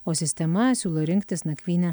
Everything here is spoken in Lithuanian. o sistema siūlo rinktis nakvynę